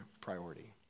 priority